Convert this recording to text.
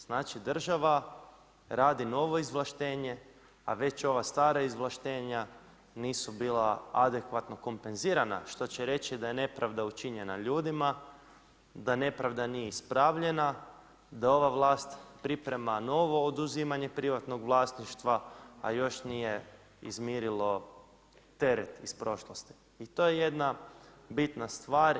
Znači, država radi novo izvlaštenje, a već ova stara izvlaštenja, nisu bila adekvatno kompenzirana, što će reći da je nepravda učinjena ljudima, da nepravda nije ispravljena, da ova vlast priprema novo oduzimanje privatnog vlasništva, a još nije izmirilo teret iz prošlosti i to je jedna bitna stvar.